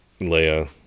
Leia